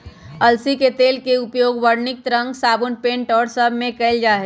अलसी के तेल के उपयोग वर्णित रंग साबुन पेंट और सब में कइल जाहई